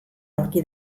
aurki